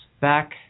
Back